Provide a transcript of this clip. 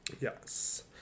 Yes